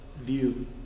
view